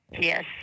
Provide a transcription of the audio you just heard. Yes